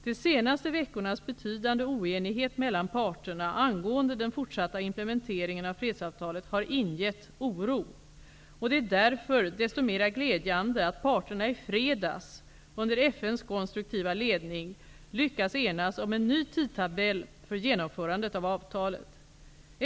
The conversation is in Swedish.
De senaste veckornas betydande oenighet mellan parterna angående den fortsatta implementeringen av fredsavtalet har ingett oro. Det är därför desto mera glädjande att parterna i fredags, under FN:s konstruktiva ledning, lyckats enas om en ny tidtabell för genomförandet av avtalet.